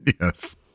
Yes